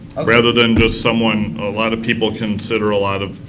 ah whether than just someone a lot of people consider a lot of